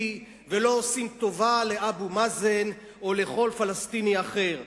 ולא עושים טובה לאבו מאזן או לכל פלסטיני אחר,